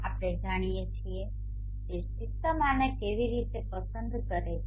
આપણે જાણીએ છીએ કે સિસ્ટમ આને કેવી પસંદ કરે છે